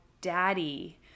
daddy